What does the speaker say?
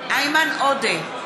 איימן עודה,